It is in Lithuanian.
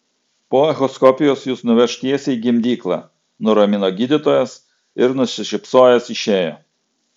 po echoskopijos jus nuveš tiesiai į gimdyklą nuramino gydytojas ir nusišypsojęs išėjo